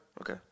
Okay